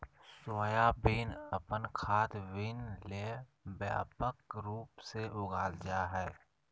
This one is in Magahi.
सोयाबीन अपन खाद्य बीन ले व्यापक रूप से उगाल जा हइ